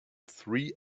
three